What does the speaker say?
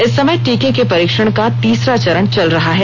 इस समय टीके के परीक्षण का तीसरा चरण चल रहा है